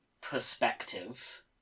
perspective